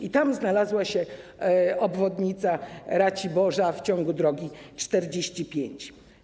I tam znalazła się obwodnica Raciborza w ciągu drogi nr 45.